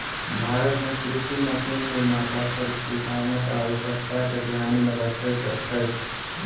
भारत मे कृषि मशीन निर्माता सभ किसानक आवश्यकता के ध्यान मे रखैत छथि